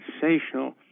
sensational